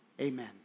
Amen